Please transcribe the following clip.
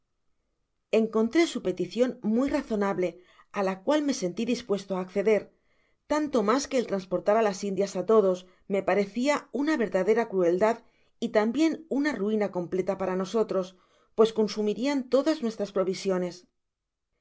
encontré su peticion muy razonable á la cual me senti dispuesto á acceder tanto mas que el transportar á las indias á todos me parecia una verdadera crueldad y tambien una ruina completa para nosotros pues consumirian todas nuestras provisiones